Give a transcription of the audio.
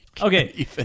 Okay